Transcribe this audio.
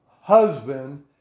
husband